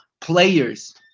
players